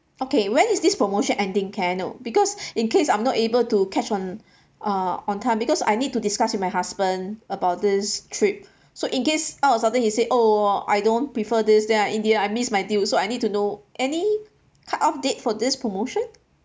okay when is this promotion ending can I know because in case I'm not able to catch on uh on time because I need to discuss with my husband about this trip so in case out of something he say oh I don't prefer this then in the end I miss my deal so I need to know any cut off date for this promotion